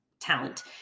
talent